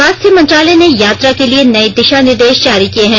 स्वास्थ्य मंत्रालय ने यात्रा के लिए नये दिशा निर्देश जारी किए हैं